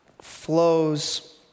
flows